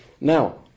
now